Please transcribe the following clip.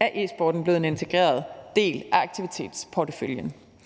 er e-sporten blevet en integreret del af aktivitetsporteføljen.